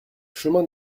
chemin